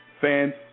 Fans